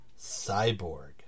Cyborg